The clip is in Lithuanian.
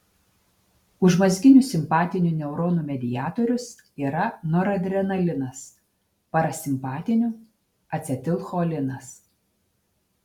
užmazginių simpatinių neuronų mediatorius yra noradrenalinas parasimpatinių acetilcholinas